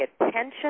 attention